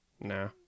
no